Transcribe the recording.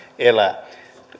elää